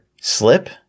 slip